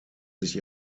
sich